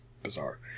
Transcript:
bizarre